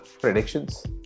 Predictions